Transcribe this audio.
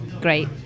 great